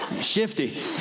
Shifty